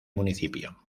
municipio